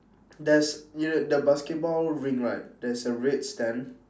there's you know the basketball ring right there's a red stamp